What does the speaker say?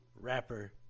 rapper